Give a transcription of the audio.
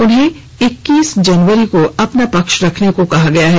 उन्हें एक्कीस जनवरी को अपना पक्ष रखने को कहा गया है